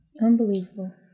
unbelievable